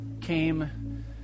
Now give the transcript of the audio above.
came